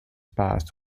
passed